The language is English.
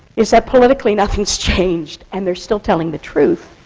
is that politically nothing's changed! and they're still telling the truth,